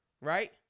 right